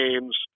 games